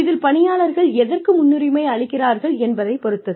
இதில் பணியாளர்கள் எதற்கு முன்னுரிமை அளிக்கிறார்கள் என்பதை பொறுத்தது